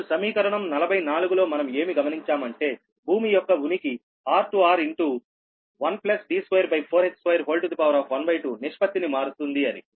ఇప్పుడు సమీకరణం 44 లో మనం ఏమి గమనించాము అంటే భూమి యొక్క ఉనికి r టు r ఇన్ టూ1D24h212 నిష్పత్తిని మారుస్తుంది అని